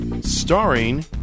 starring